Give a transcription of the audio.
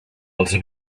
els